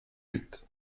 huit